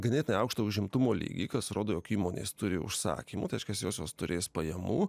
ganėtinai aukštą užimtumo lygį kas rodo jog įmonės turi užsakymų tai reiškias josios turės pajamų